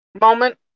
moment